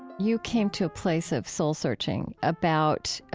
you came to a place of soul-searching about